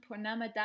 Purnamada